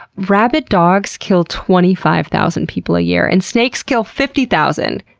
rabid dogs kill twenty five thousand people a year, and snakes kill fifty thousand!